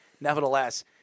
nevertheless